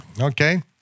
okay